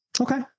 okay